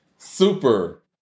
Super